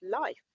life